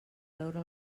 veure